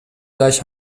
gleich